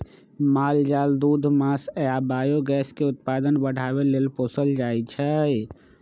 माल जाल दूध मास आ बायोगैस के उत्पादन बढ़ाबे लेल पोसल जाइ छै